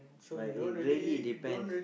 but it really depends